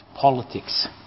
politics